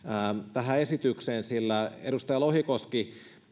esitykseen edustaja lohikoski